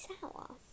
sour